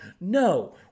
No